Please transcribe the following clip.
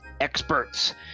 experts